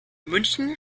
münchen